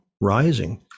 rising